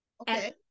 Okay